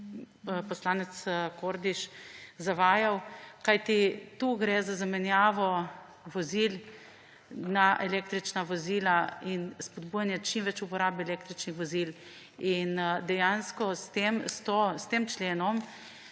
poslanec Kordiš zavajal. Kajti tukaj gre za zamenjavo vozil na električna vozila in spodbujanje čim več uporabe električnih vozil. Dejansko se bi s tem členom